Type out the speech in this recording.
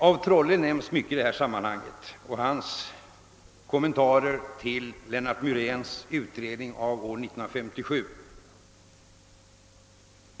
af Trolles kommentarer till Lennart Myréns utredning 1957 nämns ofta i detta sammanhang.